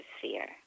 fear